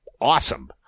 awesome